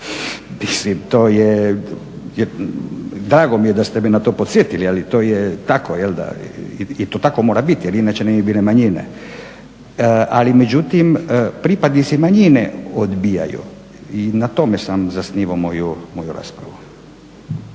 mislim to je, drago mi je da ste me na to podsjetili ali to je tako jel da i to tako mora biti jer inače ne bi bile manjine ali međutim pripadnici manjine odbijaju i na tome sam zasnivao moju raspravu.